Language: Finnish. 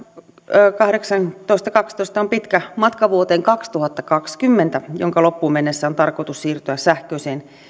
tuhatkahdeksansataakaksitoista on pitkä matka vuoteen kaksituhattakaksikymmentä jonka loppuun mennessä on tarkoitus siirtyä sähköiseen